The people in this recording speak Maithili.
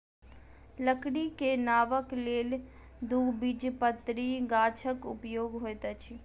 लकड़ी के नावक लेल द्विबीजपत्री गाछक उपयोग होइत अछि